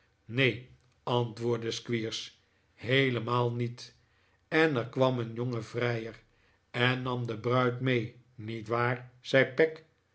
neen antwoordde squeers heelemaal niet en er kwam een jonge vrijer en nam de bruid mee niet waar zei peg